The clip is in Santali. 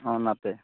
ᱦᱚᱸ ᱚᱱᱟᱛᱮ